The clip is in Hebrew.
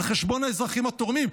על חשבון האזרחים התורמים.